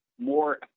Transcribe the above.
More